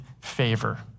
favor